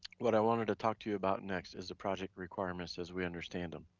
what i wanted to talk to you about next is the project requirements, as we understand them.